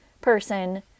person